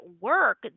work